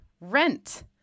rent